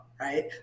right